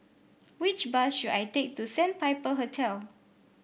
which bus should I take to Sandpiper Hotel